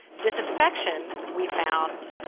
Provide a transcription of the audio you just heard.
disinfection, we found,